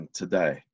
today